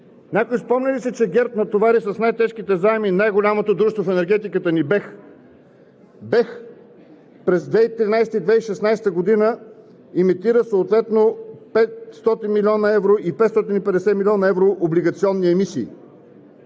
Някой спомня ли си, че ГЕРБ натовари с най-тежките заеми най-голямото дружество в енергетиката ни – БЕХ? БЕХ през 2013-а и 2016 г. емитира съответно 500 млн. евро и 550 млн. евро облигационни емисии.